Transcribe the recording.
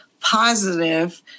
positive